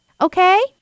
Okay